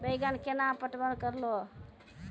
बैंगन केना पटवन करऽ लो?